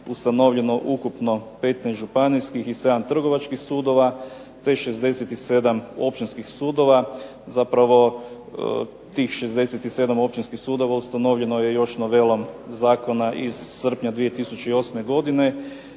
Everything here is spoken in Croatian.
ustanovljeno ukupno 15 županijskih i 7 trgovačkih sudova, te 67 općinskih sudova. Zapravo tih 67 općinskih sudova ustanovljeno je još novelom zakona iz srpnja 2008. godine